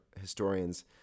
historians